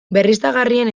berriztagarrien